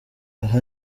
aha